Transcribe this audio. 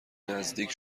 نزدیک